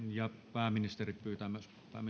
pääministeri pyytää myös